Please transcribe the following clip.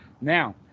Now